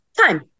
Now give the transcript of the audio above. time